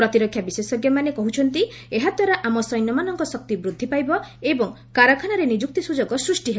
ପ୍ରତିରକ୍ଷା ବିଶେଷଜ୍ଞମାନେ କହୁଛନ୍ତି ଏହାଦ୍ୱାରା ଆମ ସୈନ୍ୟମାନଙ୍କ ଶକ୍ତି ବୃଦ୍ଧି ପାଇବ ଏବଂ କାରଖାନାରେ ନିଯୁକ୍ତି ସୁଯୋଗ ସୃଷ୍ଟି ହେବ